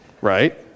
right